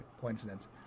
coincidence